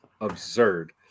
absurd